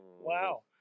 Wow